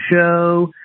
show